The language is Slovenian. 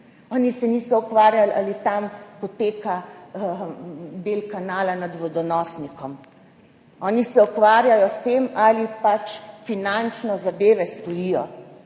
oni se niso ukvarjali s tem, ali tam potekajo dela kanala nad vodonosnikom. Oni se ukvarjajo s tem, ali zadeve finančno stojijo,